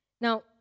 Now